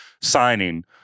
signing